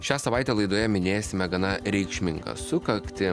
šią savaitę laidoje minėsime gana reikšmingą sukaktį